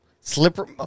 slipper